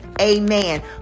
amen